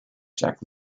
jack